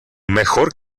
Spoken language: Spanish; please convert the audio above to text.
mejor